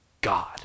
God